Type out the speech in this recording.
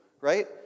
right